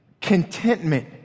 contentment